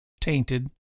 tainted